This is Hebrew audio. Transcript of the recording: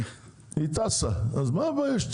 היא טסה, אז מה הבעיה?